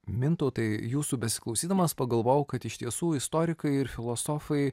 mintautai jūsų besiklausydamas pagalvojau kad iš tiesų istorikai ir filosofai